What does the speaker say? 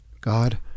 God